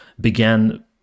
began